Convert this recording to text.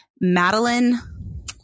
Madeline